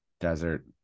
desert